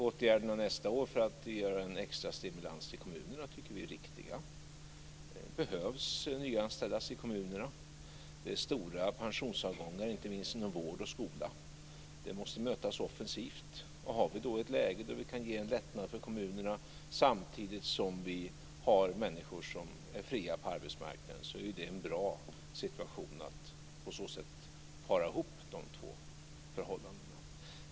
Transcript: Åtgärderna nästa år för att göra en extra stimulans till kommunerna tycker vi är riktiga. Det behöver nyanställas i kommunerna. Det är stora pensionsavgångar, inte minst inom vård och skola, och detta måste mötas offensivt. Har vi då ett läge där vi kan ge en lättnad för kommunerna, samtidigt som vi har människor som är fria på arbetsmarknaden, är det en bra situation att på så sätt para ihop de två förhållandena.